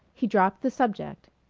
he dropped the subject.